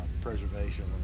preservation